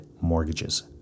mortgages